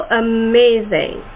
amazing